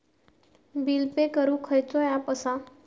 Bill pay करूक खैचो app असा?